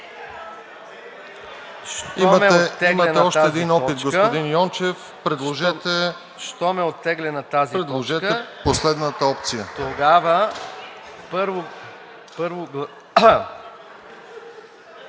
Имате още един опит, господин Йончев, предложете последната опция.